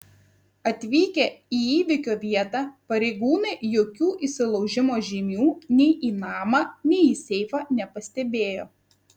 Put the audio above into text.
atvykę į įvykio vietą pareigūnai jokių įsilaužimo žymių nei į namą nei į seifą nepastebėjo